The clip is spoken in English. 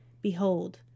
Behold